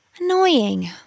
Annoying